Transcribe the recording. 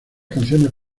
canciones